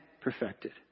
perfected